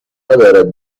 ندارد